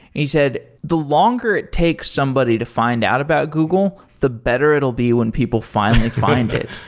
he said, the longer it takes somebody to find out about google, the better it'll be when people finally find it.